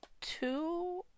two